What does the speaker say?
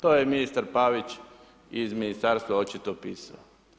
To je ministar Pavić iz Ministarstva očito pisao.